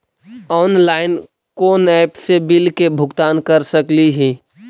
Online कोन app से bill के भुगतान कर सकली ही?